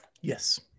Yes